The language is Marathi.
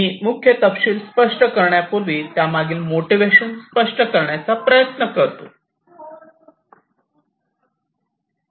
मी मुख्य तपशील स्पष्ट करण्यापूर्वी त्यामागील मोटिवेशन स्पष्ट करण्याचा प्रयत्न करूया